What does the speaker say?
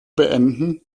beenden